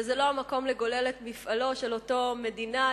וזה לא המקום לגולל את מפעלו של אותו מדינאי,